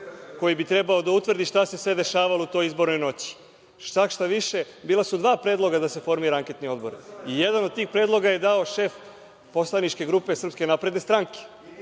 koji bi trebalo da utvrdi šta se sve dešavalo u toj izbornoj noći? Šta više, bila su dva predloga da se formira anketni odbor. Jedan od tih predloga je dao šef poslaničke grupe SNS. I sami